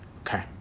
Okay